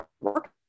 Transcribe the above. work